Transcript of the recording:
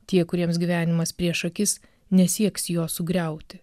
tie kuriems gyvenimas prieš akis nesieks jo sugriauti